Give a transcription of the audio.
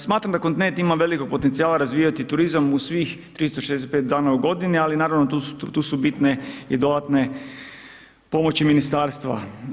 Smatram da kontinent ima velikog potencijala razvijati turizam u svih 365 dana u godini, ali naravno, tu su bitne i dodatne pomoći ministarstva.